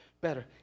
better